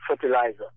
fertilizer